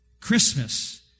Christmas